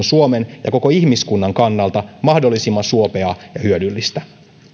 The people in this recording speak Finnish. suomen ja koko ihmiskunnan kannalta mahdollisimman suopeaa ja hyödyllistä